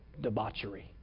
debauchery